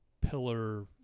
pillar